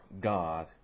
God